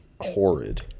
horrid